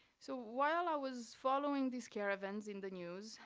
so while i was following these caravans in the news,